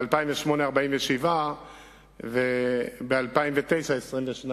ב-2008 נהרגו 47 וב-2009 נהרגו 22,